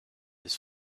his